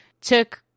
took